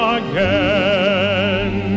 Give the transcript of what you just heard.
again